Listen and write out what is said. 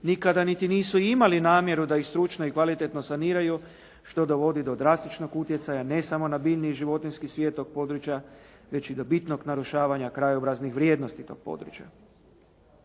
nikada nisu niti imali namjeru da i stručno i kvalitetno saniraju što dovodi do drastičnog utjecaja ne samo na biljni i životinjski svijet tog područja, već i do bitnog narušavanja krajobraznih vrijednosti tog područja.